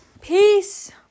peace